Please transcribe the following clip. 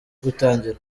gutangira